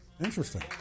Interesting